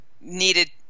needed